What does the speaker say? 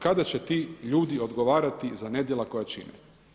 Kada će ti ljudi odgovarati za nedjela koja čine.